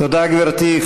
תודה, גברתי.